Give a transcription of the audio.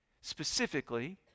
Specifically